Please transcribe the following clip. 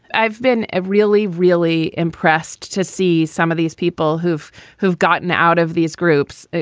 i've been ah really, really impressed to see some of these people who've who've gotten out of these groups,